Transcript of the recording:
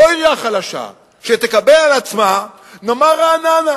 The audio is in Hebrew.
לא עירייה חלשה, נאמר רעננה